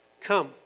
Come